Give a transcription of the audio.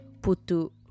Putu